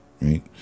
right